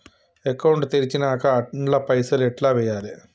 Account తెరిచినాక అండ్ల పైసల్ ఎట్ల వేయాలే?